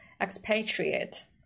expatriate